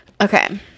Okay